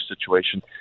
situation